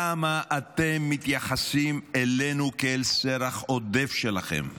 למה את מתייחסים אלינו כאל סרח עודף שלכם?